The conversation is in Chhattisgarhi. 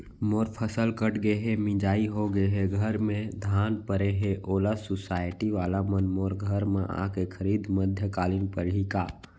मोर फसल कट गे हे, मिंजाई हो गे हे, घर में धान परे हे, ओला सुसायटी वाला मन मोर घर म आके खरीद मध्यकालीन पड़ही का?